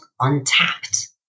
untapped